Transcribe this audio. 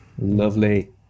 Lovely